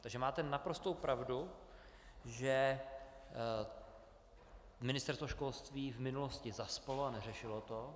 Takže máte naprostou pravdu, že Ministerstvo školství v minulosti zaspalo a neřešilo to.